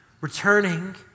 returning